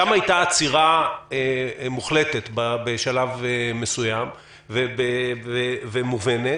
שם הייתה עצירה מוחלטת בשלב מסוים, ומובנת,